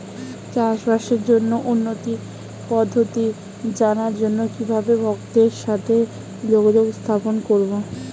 চাষবাসের জন্য উন্নতি পদ্ধতি জানার জন্য কিভাবে ভক্তের সাথে যোগাযোগ স্থাপন করব?